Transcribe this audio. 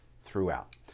throughout